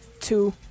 two